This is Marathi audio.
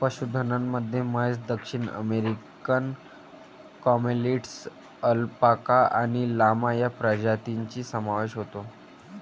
पशुधनामध्ये म्हैस, दक्षिण अमेरिकन कॅमेलिड्स, अल्पाका आणि लामा या प्रजातींचा समावेश होतो